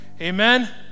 Amen